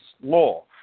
law